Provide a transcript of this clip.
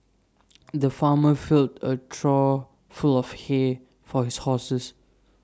the farmer filled A trough full of hay for his horses